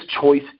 choice